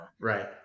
Right